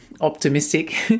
optimistic